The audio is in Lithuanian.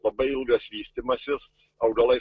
labai ilgas vystymasis augalai